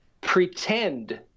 pretend